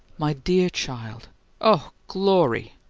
my dear child oh, glory!